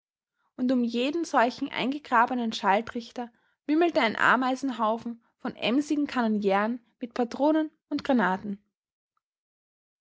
und um jeden solchen eingegrabenen schalltrichter wimmelte ein ameisenhaufen von emsigen kanonieren mit patronen und granaten